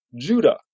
Judah